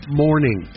morning